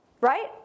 right